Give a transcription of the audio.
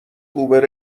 اوبر